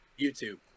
YouTube